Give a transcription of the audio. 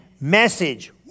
message